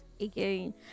again